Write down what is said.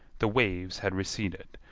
the waves had receded,